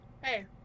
Hey